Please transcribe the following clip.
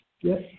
Yes